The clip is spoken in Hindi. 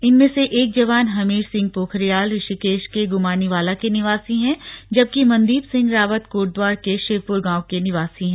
इनमें से एक जवान हमीर सिंह पोखरियाल ऋषिकेश के ग्मानीवाला के निवासी हैं जबकि मनदीप सिंह रावत कोटद्वार के शिवपुर गांव के निवासी हैं